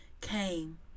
came